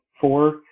four